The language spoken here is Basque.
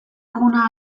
eguna